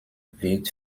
wird